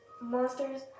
monsters